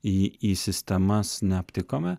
į sistemas neaptikome